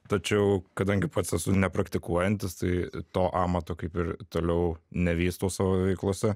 tačiau kadangi pats esu nepraktikuojantis tai to amato kaip ir toliau nevystau savo veiklose